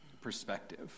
perspective